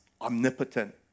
omnipotent